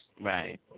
Right